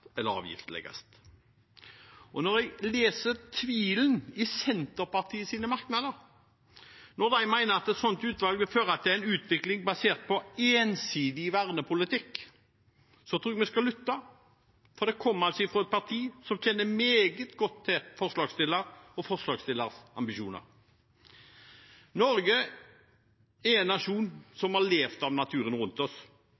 Når jeg leser tvilen i Senterpartiets merknader, når de mener at et slikt utvalg vil føre til en utvikling basert på «ensidig vernepolitikk», da tror jeg vi skal lytte, for dette kommer fra et parti som kjenner meget godt til forslagsstillerne og forslagsstillernes ambisjoner. Norge er en nasjon som har levd av naturen rundt oss.